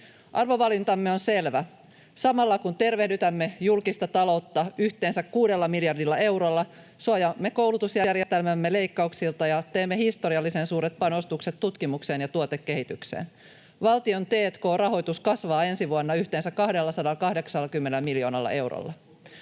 Arvovalintamme on selvä: Samalla kun tervehdytämme julkista taloutta yhteensä 6 miljardilla eurolla, suojaamme koulutusjärjestelmäämme leikkauksilta ja teemme historiallisen suuret panostukset tutkimukseen ja tuotekehitykseen. Valtion t&k-rahoitus kasvaa ensi vuonna yhteensä 280 miljoonalla eurolla.